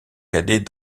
cadet